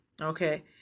okay